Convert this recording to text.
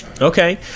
Okay